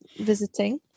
visiting